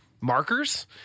markers